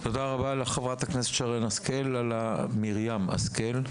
תודה רבה לך, חברת הכנסת שרן מרים השכל,